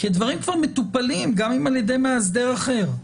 כי דברים כבר מטופלים גם אם על-ידי מאסדר אחר.